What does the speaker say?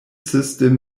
system